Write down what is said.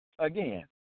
Again